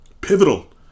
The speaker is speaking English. pivotal